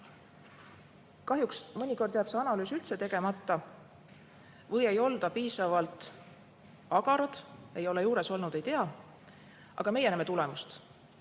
Kahjuks mõnikord jääb see analüüs üldse tegemata või ei olda piisavalt agarad. Ma ei ole juures olnud, ei tea. Meie näeme tulemust,